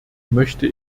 möchte